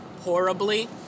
horribly